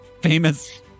famous